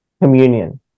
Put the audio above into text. Communion